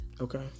Okay